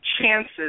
chances